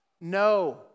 No